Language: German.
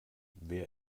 wer